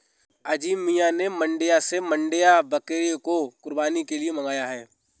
अजीम मियां ने मांड्या से मांड्या बकरी को कुर्बानी के लिए मंगाया है